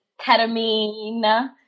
Ketamine